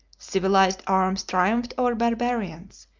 civilised arms triumphed over barbarians,